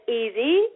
easy